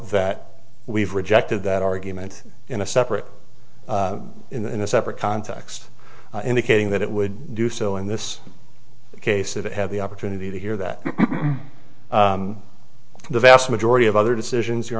that we've rejected that argument in a separate in a separate context indicating that it would do so in this case of it have the opportunity to hear that the vast majority of other decisions you